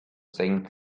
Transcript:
senkt